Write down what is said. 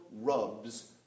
rubs